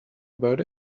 about